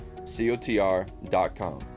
cotr.com